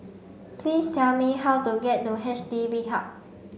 please tell me how to get to H D B Hub